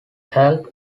helped